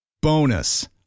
Bonus